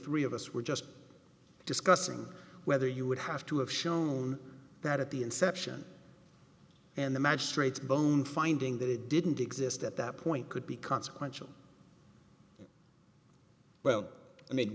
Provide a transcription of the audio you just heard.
three of us were just discussing whether you would have to have shown that at the inception and the magistrate's bone finding that it didn't exist at that point could be consequential well i mean